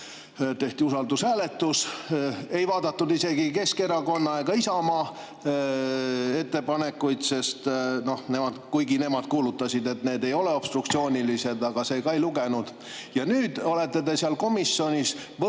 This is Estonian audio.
Tehti usaldushääletus, ei vaadatud isegi Keskerakonna ega Isamaa ettepanekuid, kuigi nemad kuulutasid, et need ei ole obstruktsioonilised, aga see ka ei lugenud. Nüüd olete te komisjonis võtnud